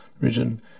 region